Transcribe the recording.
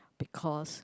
because